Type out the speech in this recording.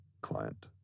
client